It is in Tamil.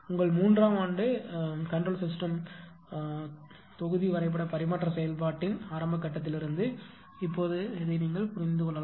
உங்கள் மூன்றாம் ஆண்டு கட்டுப்பாட்டு அமைப்பிலிருந்து தொகுதி வரைபட பரிமாற்ற செயல்பாட்டின் ஆரம்பக் கட்டத்திலிருந்து இப்போது இது புரிந்துகொள்ளத்தக்கது